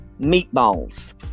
meatballs